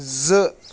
زٕ